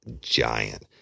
giant